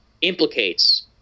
implicates